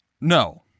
no